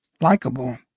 likable